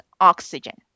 oxygen